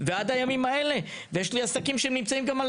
ועד הימים האלה, ויש לי עסקים שנמצאים גם על